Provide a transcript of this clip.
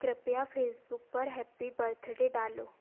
कृपया फेसबुक पर happy birthday डालो